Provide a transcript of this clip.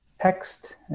text